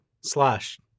slash